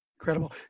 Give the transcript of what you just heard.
Incredible